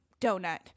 donut